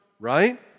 right